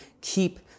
keep